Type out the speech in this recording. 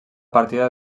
partida